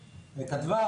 2022,